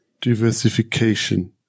diversification